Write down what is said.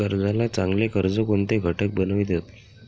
कर्जाला चांगले कर्ज कोणते घटक बनवितात?